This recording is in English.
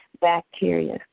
bacteria